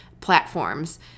platforms